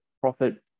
profit